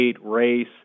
race